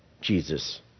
Jesus